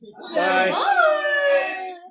Bye